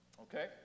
Okay